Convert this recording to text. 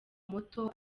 muto